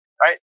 right